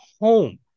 home